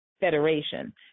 Federation